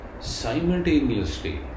simultaneously